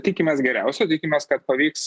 tikimės geriausio tikimės kad pavyks